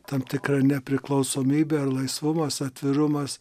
tam tikra nepriklausomybė ar laisvumas atvirumas